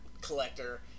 collector